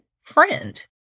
friend